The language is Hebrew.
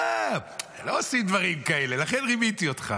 לא עושים דברים כאלה, לכן רימיתי אותך.